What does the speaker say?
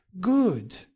good